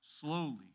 slowly